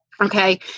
Okay